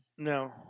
No